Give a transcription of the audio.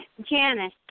Janice